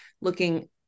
looking